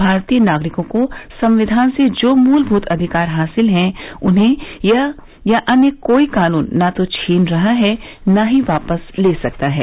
भारतीय नागरिकों को संविद्यान से जो मूलभूत अधिकार हासिल हैं उन्हें यह या अन्य कोई कानून न तो छीन रहा है न ही वापस ले सकता है